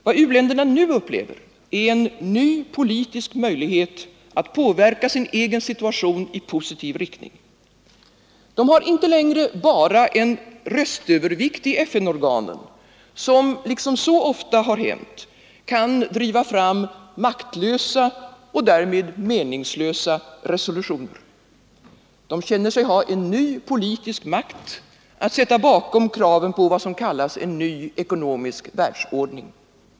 Vad u-länderna nu upplever är en ny politisk möjlighet att påverka sin egen situation i positiv riktning. De har inte längre bara en röstövervikt i FN-organen som, liksom så ofta har hänt, kan driva fram maktlösa och därmed meningslösa resolutioner. De känner sig ha en ny politisk makt att sätta bakom kraven på vad som kallas en ny ekonomisk världsordning.